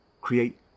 Create